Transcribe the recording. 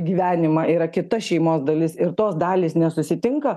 gyvenimą yra kita šeimos dalis ir tos dalys nesusitinka